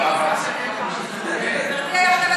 אני רוצה, גברתי היושבת-ראש.